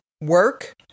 work